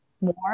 more